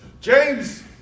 James